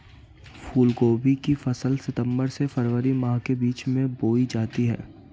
फूलगोभी की फसल सितंबर से फरवरी माह के बीच में बोई जाती है